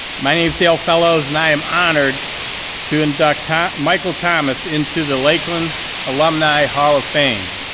my name is dale fellows, and i am honored to induct ah michael thomas into the lakeland alumni hall of fame.